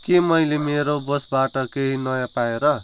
के मैले मेरो बोसबाट केही नयाँ पाएँ र